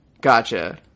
Gotcha